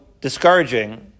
discouraging